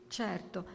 certo